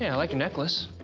yeah like your necklace.